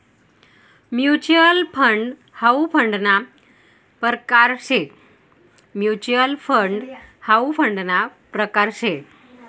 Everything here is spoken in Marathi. म्युच्युअल फंड हाउ फंडना परकार शे